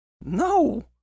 no